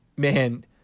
Man